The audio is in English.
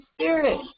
Spirit